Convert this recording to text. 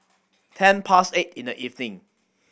ten past eight in the evening